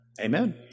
Amen